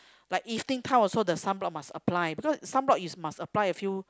like evening time also the sunblock must apply cause sunblock is must apply a few